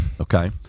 okay